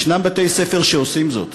יש בתי-ספר שעושים זאת.